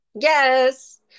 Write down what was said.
Yes